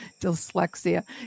dyslexia